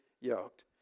yoked